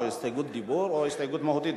או הסתייגות דיבור או הסתייגות מהותית,